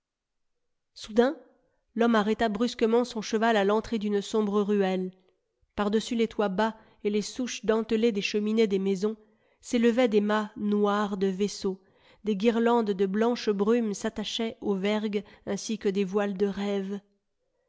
soudain l'homme arrêta brusquement son cheval à l'entrée d'une sombre ruelle par-dessus les toits bas et les souches dentelées des cheminées des maisons s'élevaient des mâts noirs de vaisseaux des guirlandes de blanche brume s'attachaient aux vergues ainsi que des voiles de rêve